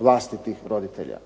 vlastitih roditelja.